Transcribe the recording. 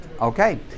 Okay